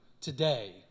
today